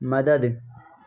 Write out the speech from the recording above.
مدد